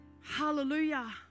Hallelujah